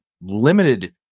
limited